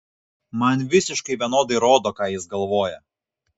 man visiškai vienodai rodo ką jis galvoja